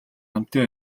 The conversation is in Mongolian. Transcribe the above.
хамтын